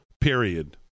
period